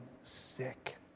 sick